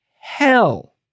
hell